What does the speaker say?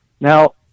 Now